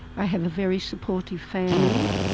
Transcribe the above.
i have a very supportive family,